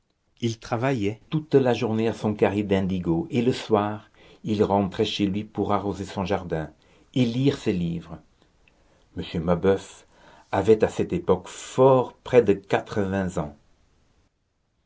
il travaillait toute la journée à son carré d'indigo et le soir il rentrait chez lui pour arroser son jardin et lire ses livres m mabeuf avait à cette époque fort près de quatre-vingts ans